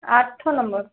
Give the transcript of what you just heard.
ଆଠ ନମ୍ବର୍